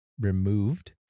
removed